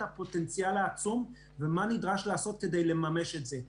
הפוטנציאל העצום ומה נדרש לעשות כדי לממש את זה.